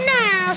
now